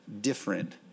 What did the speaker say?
different